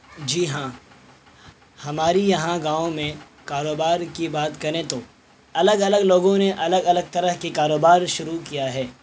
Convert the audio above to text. جی ہاں ہماری یہاں گاؤں میں کاروبار کی بات کریں تو الگ الگ لوگوں نے الگ الگ طرح کے کاروبار شروع کیا ہے